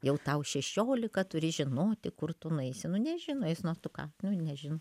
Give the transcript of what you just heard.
jau tau šešiolika turi žinoti kur tu nueisi nu nežino jis nu o tu ką nu nežino